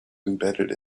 embedded